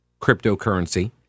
cryptocurrency